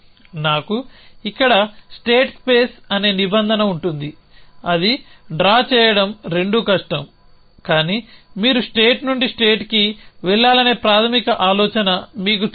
నాకు ఇక్కడ state space అనే నిబంధన ఉంటుంది అది డ్రా చేయడం రెండు కష్టం కానీ మీరు స్టేట్ నుండి స్టేట్ కి వెళ్లాలనే ప్రాథమిక ఆలోచన మీకు తెలుసు